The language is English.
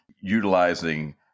utilizing